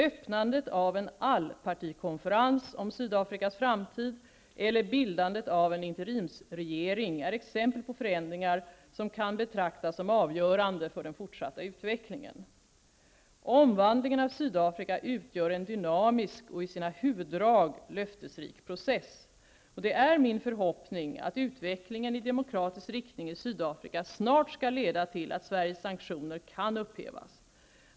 Öppnandet av en allpartikonferens om Sydafrikas framtid eller bildandet av en interimsregering är exempel på förändringar som kan betraktas som avgörande för den fortsatta utvecklingen. Omvandlingen av Sydafrika utgör en dynamisk och i sina huvuddrag löftesrik process. Det är min förhoppning att utvecklingen i demokratisk riktning i Sydafrika snart skall leda till att Sveriges sanktioner kan upphävas.